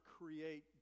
create